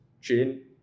chain